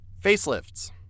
Facelifts